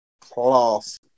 class